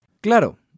Claro